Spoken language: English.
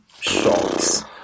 shots